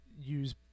use